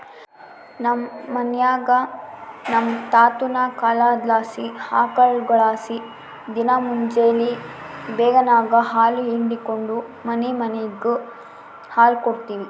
ನಮ್ ಮನ್ಯಾಗ ನಮ್ ತಾತುನ ಕಾಲದ್ಲಾಸಿ ಆಕುಳ್ಗುಳಲಾಸಿ ದಿನಾ ಮುಂಜೇಲಿ ಬೇಗೆನಾಗ ಹಾಲು ಹಿಂಡಿಕೆಂಡು ಮನಿಮನಿಗ್ ಹಾಲು ಕೊಡ್ತೀವಿ